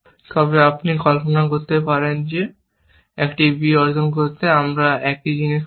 তবে আপনি কল্পনা করতে পারেন যে একটি b এ অর্জন করতে আমরা একই জিনিস করব